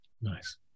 Nice